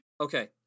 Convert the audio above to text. Okay